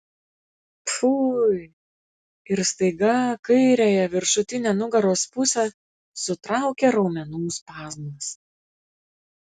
pfui ir staiga kairiąją viršutinę nugaros pusę sutraukė raumenų spazmas